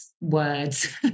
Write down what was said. words